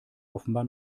offenbar